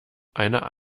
einer